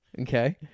Okay